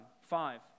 Five